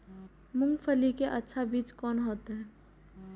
मूंगफली के अच्छा बीज कोन होते?